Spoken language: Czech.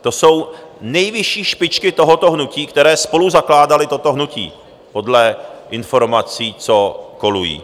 To jsou nejvyšší špičky tohoto hnutí, které spoluzakládaly toto hnutí, podle informací, co kolují.